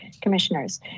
commissioners